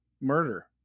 murder